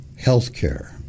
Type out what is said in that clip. healthcare